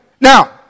Now